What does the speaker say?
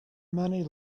many